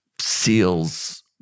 seals